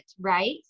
right